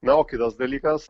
na o kitas dalykas